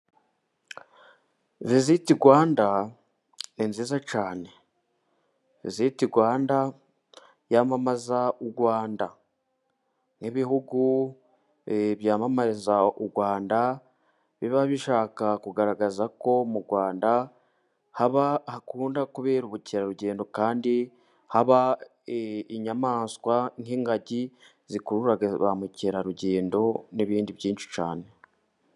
Viziti Rwanda ni nziza cyane, Viziti Rwanda yamamaza u Rwanda, nk'ibihugu byamamariza u Rwanda biba bishaka kugaragaza ko mu Rwanda, haba hakunda kubera ubukerarugendo, kandi haba inyamaswa nk'ingagi zikururara ba mukerarugendo, n'ibindi byinshi cyane.